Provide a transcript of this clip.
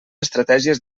estratègies